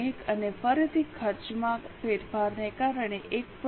1 અને ફરીથી ખર્ચમાં ફેરફારને કારણે 1